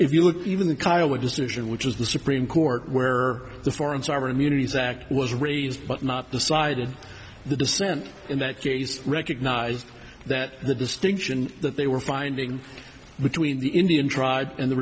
if you look even the kiowa decision which is the supreme court where the foreign sovereign immunity zakk was raised but not decided the dissent in that case recognized that the distinction that they were finding between the indian tribes and the